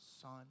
son